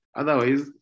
otherwise